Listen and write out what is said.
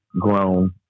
grown